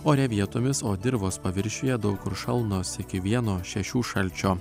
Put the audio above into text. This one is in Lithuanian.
ore vietomis o dirvos paviršiuje daug kur šalnos iki vieno šešių šalčio